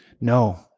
No